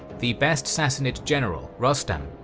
the best sassanid general, rostam,